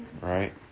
right